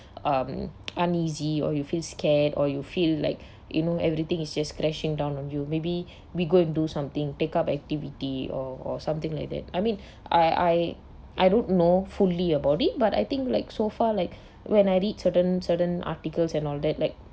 um uneasy or you feel scared or you feel like you know everything is just crashing down on your maybe we go and do something take up activity or or something like that I mean I I I don't know fully about it but I think like so far like when I read certain certain articles and all that like